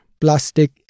plastic